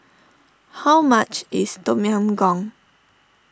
how much is Tom Yam Goong